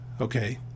okay